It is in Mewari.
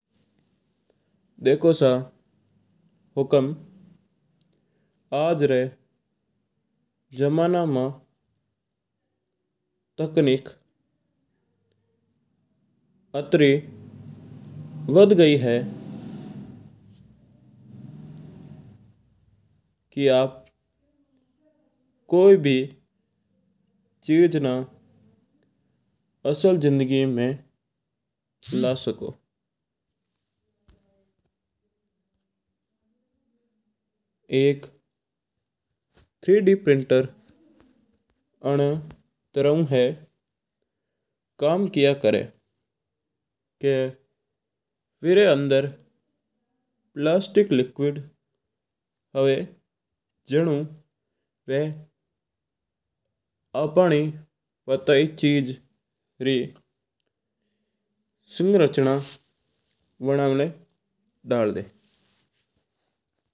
देखो सा हुकम आज री जमाना में तकनीक आतरी वदगी है कि आप कोई भी चीज़ ना असल जिंदगी में ला सको। एक थ्री-डी प्रिंटर अनकत्रा हू कम करया करा है वीर्र अंदर प्लास्टिक लिक्विड हुया है जिना वा अपना बताई चीज संरचना करया करे है।